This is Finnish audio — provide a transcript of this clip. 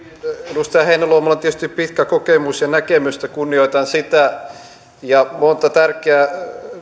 edustaja heinäluomalla on tietysti pitkä kokemus ja näkemys kunnioitan sitä ja monta tärkeää